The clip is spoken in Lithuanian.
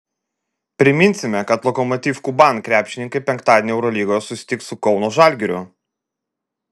priminsime kad lokomotiv kuban krepšininkai penktadienį eurolygoje susitiks su kauno žalgiriu